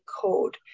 code